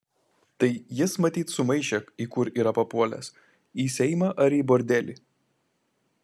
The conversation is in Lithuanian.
tai jis matyt sumaišė į kur yra papuolęs į seimą ar į bordelį